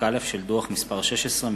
לקריאה ראשונה,